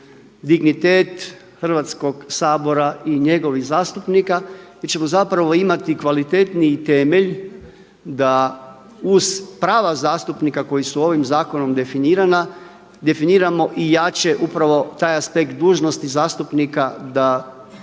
dignitet Hrvatskog sabora i njegovih zastupnika gdje ćemo zapravo imati kvalitetniji temelj da uz prava zastupnika koji su ovim zakonom definirana, definiramo i jače upravo taj aspekt dužnosti zastupnika da